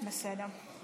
בסדר.